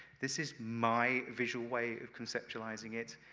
this is my visual way of conceptualizing it.